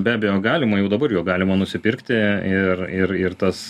be abejo galima jau dabar jo galima nusipirkti ir ir ir tas